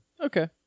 Okay